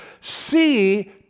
See